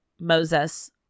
Moses